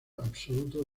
absoluto